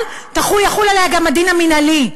אבל יחול עליה גם הדין המינהלי,